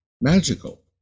magical